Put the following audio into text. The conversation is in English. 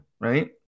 right